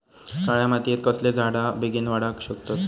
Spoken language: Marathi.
काळ्या मातयेत कसले झाडा बेगीन वाडाक शकतत?